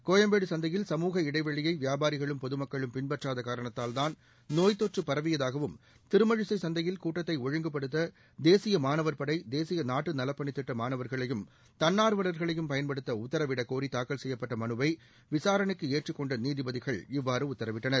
கோயம்பேடு சந்தையில் சமூக இடைவெளியை வியாபாரிகளும் பொதுமக்களும் பரவியதாகவும் திருமழிசை சந்தையில் கூட்டத்தை ஒழுங்குப்படுத்த தேசிய மாணவர் படை தேசிய நாட்டு நலப்பணித்திட்ட மாணவர்களையும் தன்னார்வலர்களையும் பயன்படுத்த உத்தரவிடக்கோரி தாக்கல் செய்யப்பட்ட மனுவை விசாரணைக்கு ஏற்றுக்கொண்ட நீதிபதிகள் இவ்வாறு உத்தரவிட்டனர்